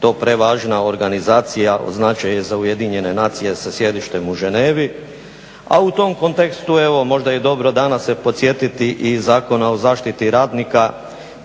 to prevažna organizacija od značaja za Ujedinjene nacije sa sjedištem u Ženevi. A u tom kontekstu evo možda je i dobro danas se podsjetiti i Zakona o zaštiti radnika